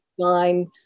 fine